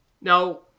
Now